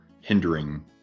hindering